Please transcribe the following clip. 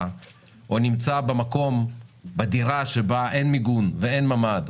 או נמצא בדירה שבה אין מיגון ואין ממ"ד,